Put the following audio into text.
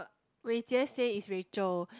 Wei-Jie say it's Rachel